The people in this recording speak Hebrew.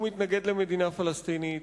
שהוא מתנגד למדינה פלסטינית,